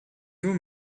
nur